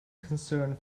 concern